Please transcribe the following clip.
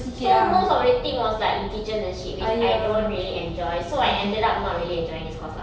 so most of the thing was like in kitchen and shit which I don't really enjoy so I ended up not really enjoying this course lah